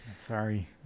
Sorry